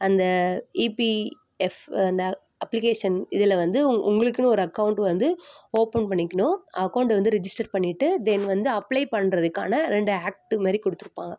அந்த இபிஎஃப் அந்த அப்ளிகேஷன் இதில் வந்து உங் உங்களுக்குன்னு ஒரு அக்கௌண்ட்டு வந்து ஓப்பன் பண்ணிக்கணும் அக்கௌண்ட்டு வந்து ரிஜிஸ்டர் பண்ணிவிட்டு தென் வந்து அப்ளே பண்றதுக்கான ரெண்டு ஆக்ட்டு மாதிரி கொடுத்துருப்பாங்க